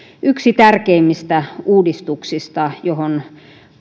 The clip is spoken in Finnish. yksi tärkeimmistä uudistuksista johon